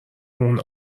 اون